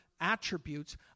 attributes